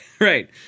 right